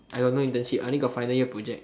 I got no internship I only got final year project